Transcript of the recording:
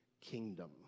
kingdom